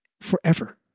forever